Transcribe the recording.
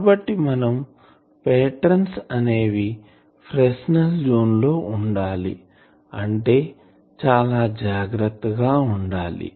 కాబట్టి మనం పాటర్న్స్ అనేవి ఫ్రెస్నెల్ జోన్ లో ఉండాలి అంటే చాలా జాగ్రత్తగా ఉండాలి